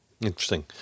Interesting